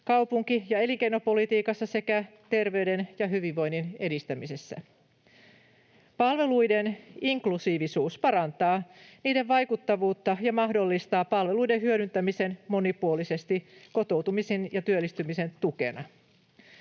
kaupunki- ja elinkeinopolitiikassa sekä terveyden ja hyvinvoinnin edistämisessä. Palveluiden inklusiivisuus parantaa niiden vaikuttavuutta ja mahdollistaa palveluiden hyödyntämisen monipuolisesti kotoutumisen ja työllistymisen tukena.